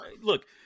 look